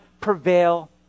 prevail